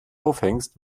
aufhängst